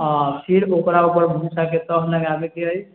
आ फिर ओकरा ऊपर भूसा टब लगाबै के अछि